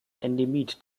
endemit